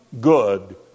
good